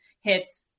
hits